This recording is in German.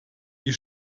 die